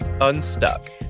Unstuck